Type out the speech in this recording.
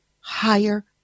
higher